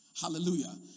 hallelujah